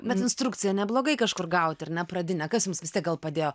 bet instrukcija neblogai kažkur gauti ir ne pradinę kas jums vis tiek gal padėjo